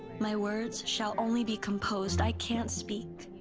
my words shall only be composed. i can't speak.